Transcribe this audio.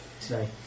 Today